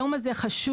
היום הזה חשוב,